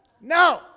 No